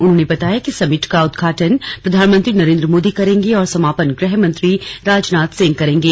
उन्होंने बताया कि समिट का उद्घाटन प्रधानमंत्री नरेंद्र मोदी करेंगे और समापन गृह मंत्री राजनाथ सिंह करेंगे